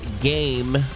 game